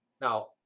Now